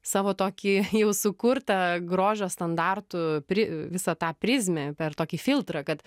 savo tokį jau sukurtą grožio standartų pri visą tą prizmę per tokį filtrą kad